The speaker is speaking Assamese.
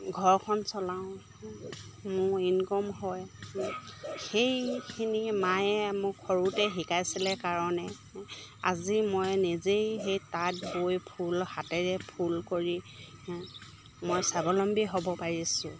ঘৰখন চলাওঁ মোৰ ইনকম হয় সেইখিনি মায়ে মোক সৰুতে শিকাইছিলে কাৰণে আজি মই নিজেই সেই তাঁত বৈ ফুল হাতেৰে ফুল কৰি মই স্বাৱলম্বী হ'ব পাৰিছোঁ